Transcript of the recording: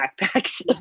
backpacks